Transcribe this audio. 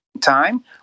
time